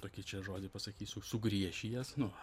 tokį čia žodį pasakysiu sugriešijęs nu